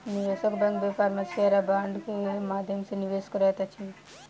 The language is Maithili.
निवेशक बैंक व्यापार में शेयर आ बांड के माध्यम सॅ निवेश करैत अछि